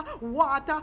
water